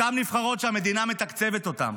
אותן נבחרות שהמדינה מתקצבת אותן.